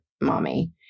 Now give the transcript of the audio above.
mommy